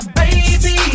baby